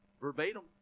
verbatim